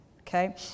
Okay